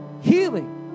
healing